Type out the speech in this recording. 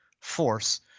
force